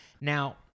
Now